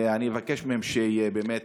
ואני אבקש מהם שבאמת יפנו אליכם שוב.